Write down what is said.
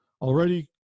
already